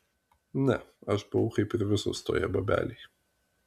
ne aš buvau kaip ir visos toje babelėj